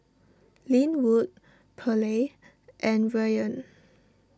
Linwood Pearle and Rian